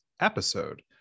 episode